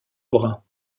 brun